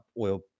oil